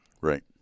right